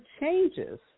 changes